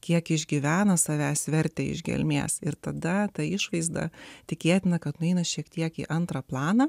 kiek išgyvena savęs vertę iš gelmės ir tada ta išvaizda tikėtina kad nueina šiek tiek į antrą planą